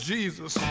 Jesus